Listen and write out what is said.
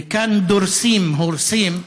וכאן דורסים, הורסים,